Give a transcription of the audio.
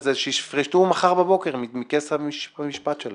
שיפרשו מחר בבוקר מכס המשפט.